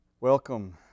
Welcome